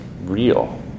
real